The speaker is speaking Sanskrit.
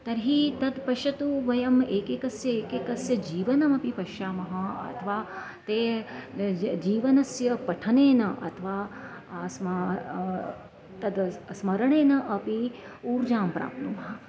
तर्हि तत् पश्यतु वयम् एकैकस्य एकैकस्य जीवनमपि पश्यामः अथवा ते जीवनस्य पठनेन अथवा अस्मा तत् स्मरणेन अपि ऊर्जां प्राप्नुमः